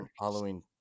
Halloween